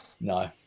no